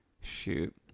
Shoot